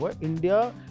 India